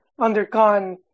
undergone